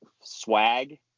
swag